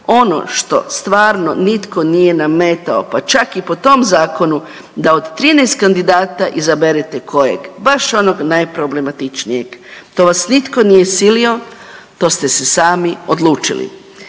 ono što stvarno nitko nije nametao, pa čak i po tom zakonu, da od 13 kandidata izaberete, kojeg? Baš onog najproblematičnijeg. To vas nitko nije silio, to ste se sami odlučili.